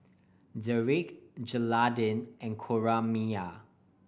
Derik Jeraldine and Coraima